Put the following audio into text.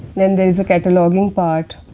then there is a cataloging part.